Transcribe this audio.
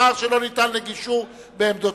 פער שלא ניתן לגישור בעמדותיו.